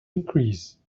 increase